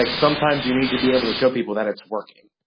like sometimes you need to be able to show people that it's working.